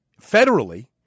federally